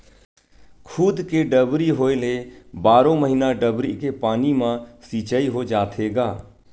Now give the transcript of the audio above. खुद के डबरी होए ले बारो महिना डबरी के पानी म सिचई हो जाथे गा